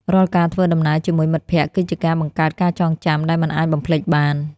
រាល់ការធ្វើដំណើរជាមួយមិត្តភក្តិ គឺជាការបង្កើតការចងចាំដែលមិនអាចបំភ្លេចបាន។